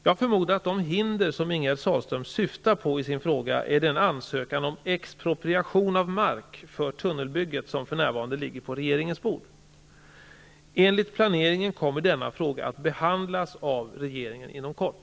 Jag förmodar att de hinder som Ingegerd Sahlström syftar på i sin fråga är den ansökan om expropriation av mark för tunnelbygget som för närvarande ligger på regeringens bord. Enligt planeringen kommer denna fråga att behandlas av regeringen inom kort.